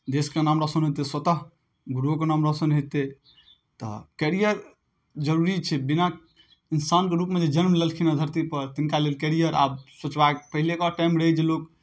देशके नाम रौशन हेतै स्वतः गुरुओके नाम रौशन हेतै तऽ कैरियर जरूरी छै बिना इंसानके रूपमे जे जन्म लेलखिन हेँ धरतीपर तिनका लेल कैरियर आब सोचबाक पहिलेके टाइम रहै जे लोक